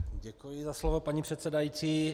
Děkuji za slovo, paní předsedající.